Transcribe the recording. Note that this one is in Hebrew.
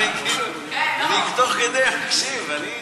תוך כדי אני מקשיב,